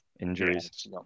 injuries